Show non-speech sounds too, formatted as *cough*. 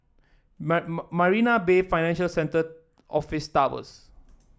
*unintelligible* Marina Bay Financial Centre Office Tower